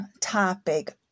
topic